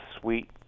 sweet